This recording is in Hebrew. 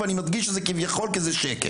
ואני מדגיש, שזה כביכול כי זה שקר.